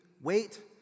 wait